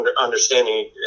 understanding